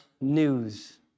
news